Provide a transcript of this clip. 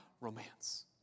romance